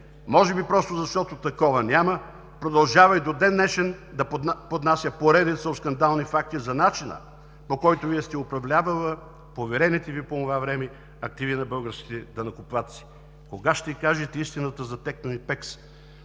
може би просто защото такова няма, продължава и до ден-днешен да поднася поредица от скандални факти за начина, по който Вие сте управлявали поверените Ви по онова време активи на българските данъкоплатци. Кога ще кажете истината за „Техноимпекс“?